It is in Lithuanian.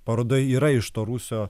paroda yra iš to rūsio